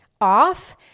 off